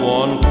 one